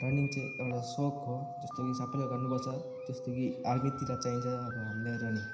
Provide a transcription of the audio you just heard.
running चाहिँ एउटा सौक हो जस्तो कि सबैले गर्नुपर्छ जस्तो कि आर्मीतिर चाहिन्छ अब हामीलाई रनिङ